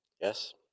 Yes